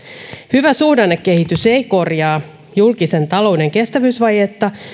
hyvä suhdannekehitys ei korjaa julkisen talouden kestävyysvajetta